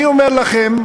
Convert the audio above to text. אני אומר לכם,